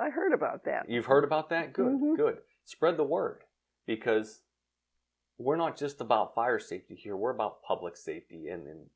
i heard about that you've heard about that going to good spread the word because we're not just about fire safety here we're about public safety and